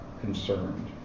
concerned